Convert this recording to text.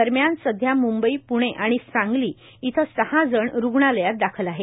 दरम्यान सध्या मुंबई प्णे आणि सांगली इथं सहा जण रुग्णालयात दाखल आहेत